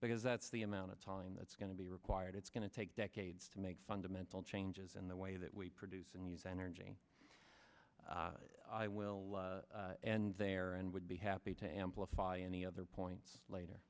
because that's the amount of time that's going to be required it's going to take decades to make fundamental changes in the way that we produce and use energy i will and there and would be happy to amplify any other points later